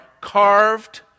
carved